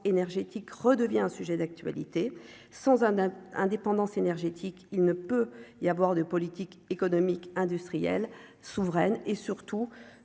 énergétique redevient un sujet d'actualité sans hein d'indépendance énergétique, il ne peut y avoir de politique économique, industrielle, souveraine et surtout